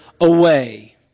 away